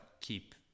keep